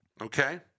okay